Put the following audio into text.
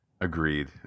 agreed